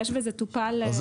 זה טופל פרטנית.